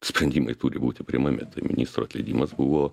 sprendimai turi būti priimami ministro atleidimas buvo